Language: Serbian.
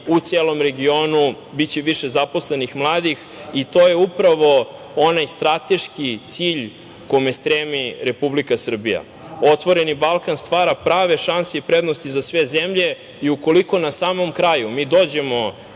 u celom regionu, biće više zaposlenih mladih i to je upravo onaj strateški cilj kome stremi Republika Srbija. „Otvoreni Balkan“ stvara prave šanse i prednosti za sve zemlje i ukoliko na samom kraju mi dođemo